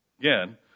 again